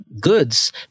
goods